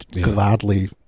gladly